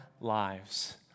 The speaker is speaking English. lives